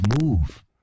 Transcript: move